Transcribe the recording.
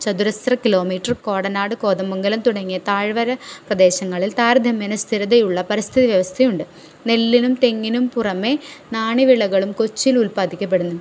ചതുരശ്ര kilometre Kodanad Kothamangalam തുടങ്ങിയ താഴ്വര പ്രദേശങ്ങളിൽ താരതമ്യനേ സ്ഥിരതയുള്ള പരിസ്ഥിതിവ്യവസ്ഥയുണ്ട് നെല്ലിനും തെങ്ങിനും പുറമെ നാണ്യവിളകളും കൊച്ചിയില് ഉൽപാദിക്കപ്പെടുന്നു